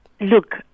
look